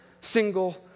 single